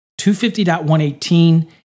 250.118